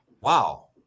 Wow